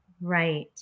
Right